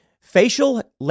facial